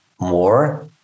more